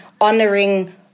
honoring